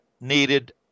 needed